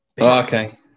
okay